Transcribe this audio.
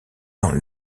dans